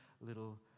little